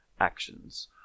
actions